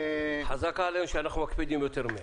חזקה עלינו שאנחנו מקפידים יותר מהם.